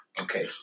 Okay